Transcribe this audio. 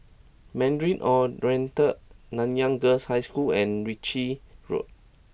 Mandarin Oriental Nanyang Girls' High School and Ritchie Road